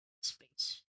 Space